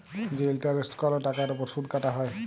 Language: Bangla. যে ইলটারেস্ট কল টাকার উপর সুদ কাটা হ্যয়